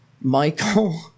Michael